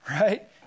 right